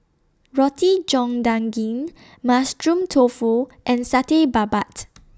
Roti John Daging Mushroom Tofu and Satay Babat